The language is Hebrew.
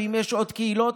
ואם יש עוד קהילות,